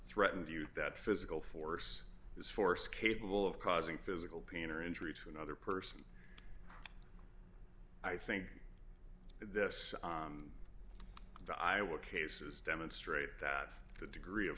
threatened you that physical force is force capable of causing physical pain or injury to another person i think this i would cases demonstrate that the degree of